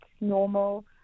normal